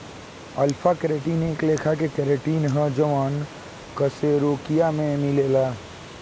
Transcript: alpha keratin एक लेखा के केराटिन ह जवन कशेरुकियों में मिलेला